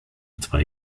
zwei